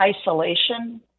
isolation